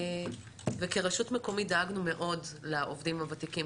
כרשות מקומית דאגנו מאוד לעובדים הוותיקים,